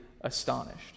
astonished